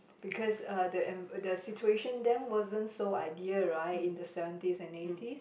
because uh the en~ the situation then wasn't so ideal right in the seventies and eighties